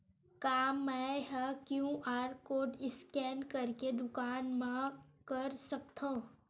का मैं ह क्यू.आर कोड स्कैन करके दुकान मा कर सकथव?